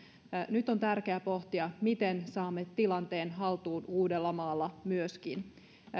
nyt on tärkeää pohtia miten saamme tilanteen haltuun uudellamaalla myöskin